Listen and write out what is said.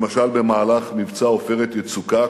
למשל במהלך מבצע "עופרת יצוקה",